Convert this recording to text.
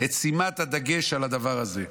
את שימת הדגש על הדבר הזה.